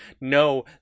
No